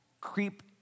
creep